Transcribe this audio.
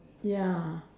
ya